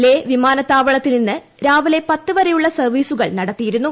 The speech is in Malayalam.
ലേ വിമാനത്താവളത്തിൽ നിന്ന് രാവിലെ പത്ത് വരെയുള്ള സർവീസൂക്ക്ർ നടത്തിയിരുന്നു